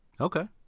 Okay